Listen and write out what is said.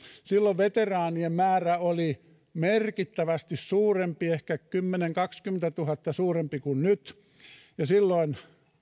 silloin veteraanien määrä oli merkittävästi suurempi ehkä kymmenentuhatta viiva kaksikymmentätuhatta suurempi kuin nyt ja silloin